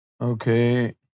Okay